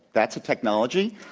that's a technology.